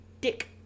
dick